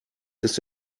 ist